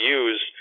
use